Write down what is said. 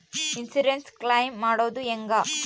Insurance claim ಮಾಡೋದು ಹೆಂಗ?